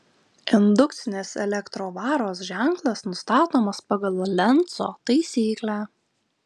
indukcinės elektrovaros ženklas nustatomas pagal lenco taisyklę